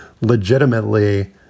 legitimately